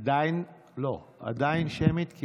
עדיין, לא, עדיין שמית?